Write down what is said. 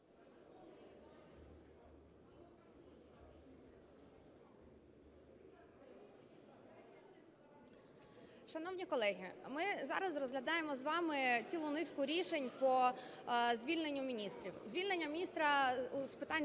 Шановні колеги, ми зараз розглядаємо з вами цілу низку рішень по звільненню міністрів. Звільнення міністра з питань